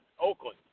Oakland